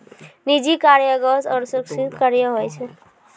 निजी कर्जा एगो असुरक्षित कर्जा होय छै